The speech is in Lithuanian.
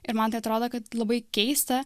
ir man tai atrodo kad labai keista